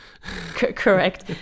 Correct